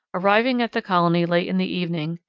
arriving at the colony late in the evening,